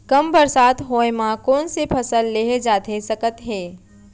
कम बरसात होए मा कौन से फसल लेहे जाथे सकत हे?